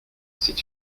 c’est